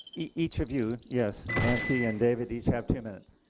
each of you yes nancy and david each have two minutes.